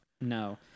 No